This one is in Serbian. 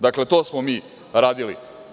Dakle, to smo mi radili.